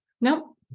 Nope